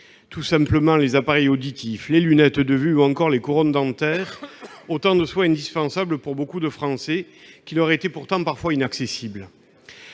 et d'égoïsme : les appareils auditifs, les lunettes de vue ou encore les couronnes dentaires sont autant de soins indispensables pour beaucoup de Français qui leur étaient pourtant parfois inaccessibles.